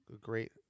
great